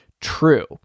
true